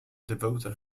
devoted